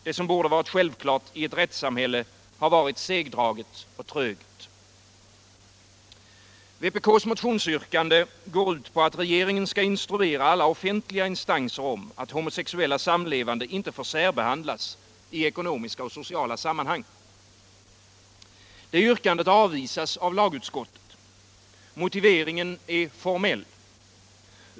Det som borde vara självklart i ett rättssamhälle har varit samlevandes segdraget och trögt. sociala rättigheter Vpk:s motionsyrkande går ut på att regeringen skall instruera alla of fentliga instanser om att homosexuella samlevande inte får särbehandlas i ekonomiska och sociala sammanhang. Yrkandet avvisas av lagutskottet. Motiveringen är formell.